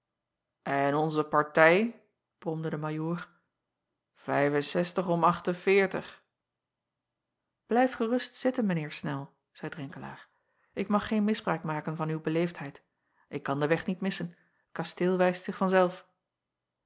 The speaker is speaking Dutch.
n onze partij bromde de ajoor om lijf gerust zitten mijn eer nel zeî renkelaer ik mag geen misbruik maken van uw beleefdheid ik kan den weg niet missen t kasteel wijst zich